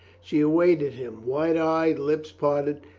she awaited him, wide-eyed, lips parted.